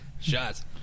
Shots